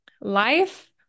life